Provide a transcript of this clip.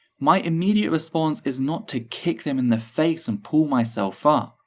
my immediate response is not to kick them in the face and pull myself up,